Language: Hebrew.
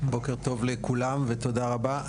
בוקר טוב לכולם ותודה רבה.